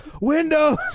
Windows